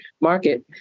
Market